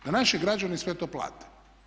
Da naši građani sve to plate.